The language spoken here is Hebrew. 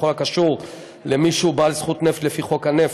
בכל הקשור למי שהוא בעל זכות נפט לפי חוק הנפט,